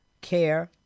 care